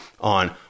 on